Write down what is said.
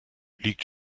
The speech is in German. liegt